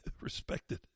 Respected